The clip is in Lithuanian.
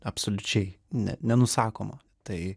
absoliučiai ne nenusakomo tai